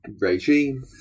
regime